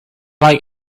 like